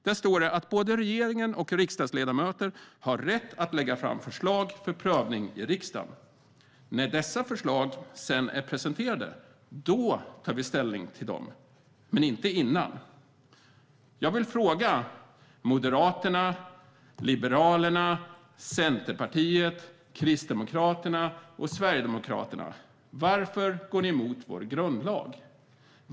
Där står det att både regeringen och riksdagsledamöter har rätt att lägga fram förslag för prövning i riksdagen. När dessa förslag sedan är presenterade tar vi ställning till dem men inte innan. Jag vill fråga Moderaterna, Liberalerna, Centerpartiet, Kristdemokraterna och Sverigedemokraterna: Varför går ni emot vår grundlag?